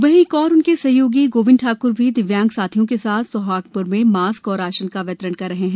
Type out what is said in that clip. वही एक और उनके सहयोगी गोविंद ठाकुर भी दिव्यांग साथियों के साथ सोहागप्र में मास्क और राशन का वितरण कर रहे हैं